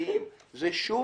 הביטוחיים נאמרו, שוב,